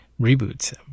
reboots